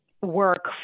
work